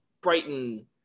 Brighton